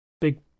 big